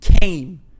came